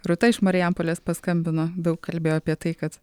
rūta iš marijampolės paskambino daug kalbėjo apie tai kad